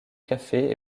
cafés